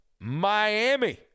Miami